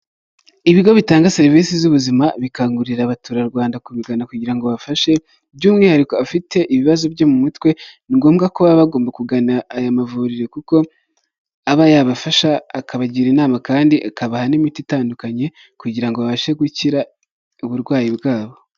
Ibigo bitanga serivisi z'ubuzima bikangurira abaturarwanda kubigana kugira ngo bibafashe, by'umwihariko abafite ibibazo byo mu mutwe ni ngombwa ko baba bagomba kugana aya mavuriro kuko aba yabafasha, akabagira inama kandi akabaha n'imiti itandukanye, kugira ngo babashe gukira uburwayi bwabo.